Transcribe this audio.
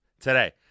today